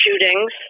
shootings